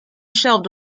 shelved